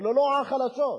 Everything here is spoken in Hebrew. לא החלשות.